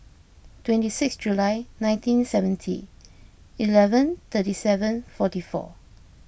twenty six July nineteen seventy eleven thirty seven forty four